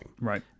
right